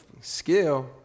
Skill